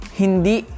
hindi